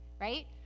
right